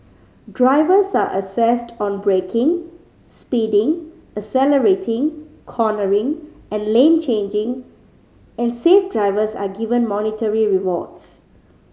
drivers are assessed on braking speeding accelerating cornering and lane changing and safe drivers are given monetary rewards